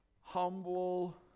humble